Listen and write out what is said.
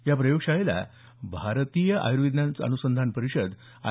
या प्रयोगशाळेला भारतीय आयर्विज्ञान अनुसंधान परिषद आय